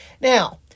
Now